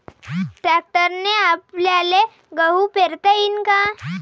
ट्रॅक्टरने आपल्याले गहू पेरता येईन का?